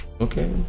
Okay